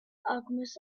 alchemist